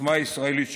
עוצמה ישראלית שכזאת.